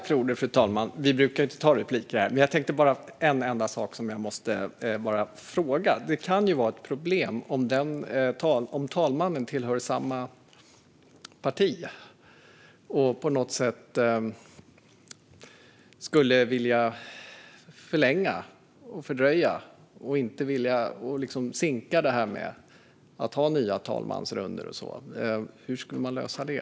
Fru talman! Vi brukar ju inte begära replik, men det var en enda sak som jag måste fråga om. Det kan innebära ett problem om talmannen tillhör samma parti och på något sätt skulle vilja förlänga, fördröja och sinka det hela och inte ha nya talmansrundor. Hur skulle man lösa det?